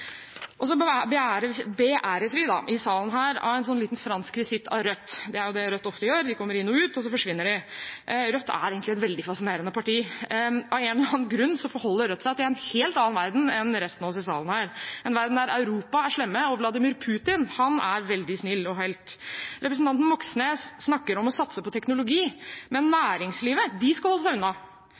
i salen her av en liten fransk visitt av Rødt. Det er jo det Rødt ofte gjør – de kommer inn og ut, og så forsvinner de. Rødt er egentlig et veldig fascinerende parti. Av en eller annen grunn forholder Rødt seg til en helt annen verden enn resten av oss i salen – en verden der Europa er slemme og Vladimir Putin er veldig snill og en helt. Representanten Moxnes snakker om å satse på teknologi, men næringslivet skal holde seg unna.